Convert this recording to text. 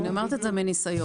אני אומרת מניסיון,